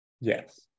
yes